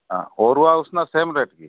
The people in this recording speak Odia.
ହଁ ଅରୁଆ ସେମ୍ ରେଟ୍ କି